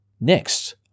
Next